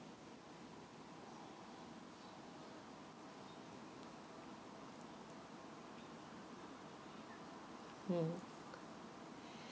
mm